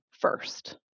first